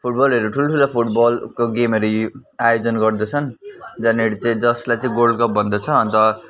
फुटबलहरू यो ठुल्ठुलो फुटबलको गेमहरू यु आयोजन गर्दछन् जहाँनेर चाहिँ जसलाई चाहिँ गोल्ड कप भन्दछ अन्त